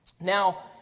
Now